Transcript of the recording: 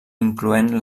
incloent